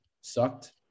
sucked